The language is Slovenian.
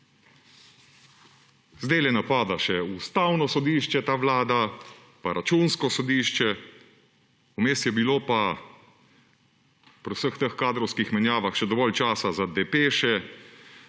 Zdajle napada še Ustavno sodišče pa Računsko sodišče, vmes je bilo pa pri vseh teh kadrovskih menjavah še dovolj časa za depeše,